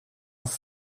auf